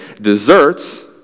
desserts